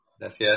Gracias